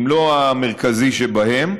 אם לא המרכזי שבהם,